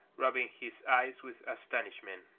rubbing his eyes with astonishment.